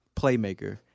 playmaker